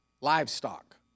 livestock